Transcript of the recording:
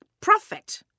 prophet